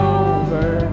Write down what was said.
over